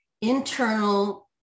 internal